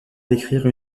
décrire